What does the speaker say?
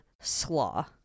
slaw